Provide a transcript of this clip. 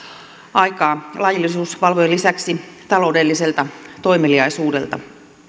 aikaa laillisuusvalvojien lisäksi taloudelliselta toimeliaisuudelta